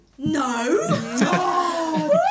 No